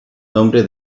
nombre